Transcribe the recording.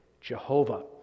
Jehovah